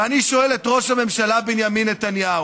ואני שואל את ראש הממשלה בנימין נתניהו: